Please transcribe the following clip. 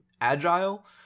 agile